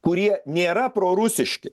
kurie nėra prorusiški